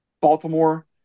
Baltimore